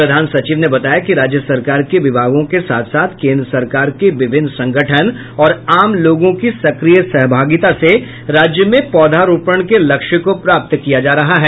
प्रधान सचिव ने बताया कि राज्य सरकार के विभागों के साथ साथ केन्द्र सरकार के विभिन्न संगठन और आम लोगों की सक्रिय सहभागिता से राज्य में पौधारोपण के लक्ष्य को प्राप्त किया जा रहा है